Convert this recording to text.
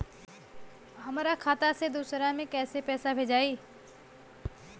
हमरा खाता से दूसरा में कैसे पैसा भेजाई?